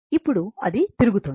ఇప్పుడు అది తిరుగుతోంది